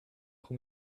pro